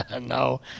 No